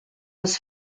was